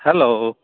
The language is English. hello